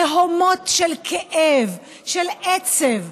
תהומות של כאב, של עצב,